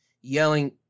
yelling